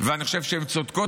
ואני חושב שהן צודקות,